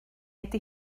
ydy